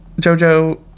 JoJo